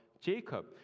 jacob